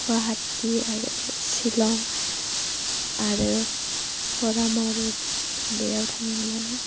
गुवाहाटि आरो शिलं आरो करामर बेयाव थांदोंमोन